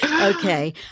Okay